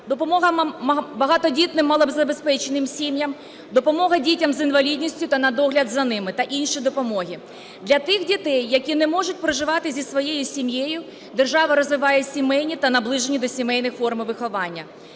допомога багатодітним малозабезпеченим сім'ям, допомога дітям з інвалідністю та на догляд за ними та інші допомоги. Для тих дітей, які не можуть проживати зі своєю сім'єю, держава розвиває сімейні та наближені до сімейних форми виховання.